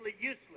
useless